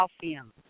calcium